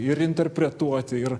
ir interpretuoti ir